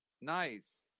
Nice